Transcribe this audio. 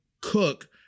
cook